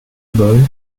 boyle